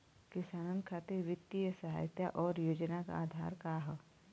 किसानन खातिर वित्तीय सहायता और योजना क आधार का ह?